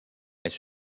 elle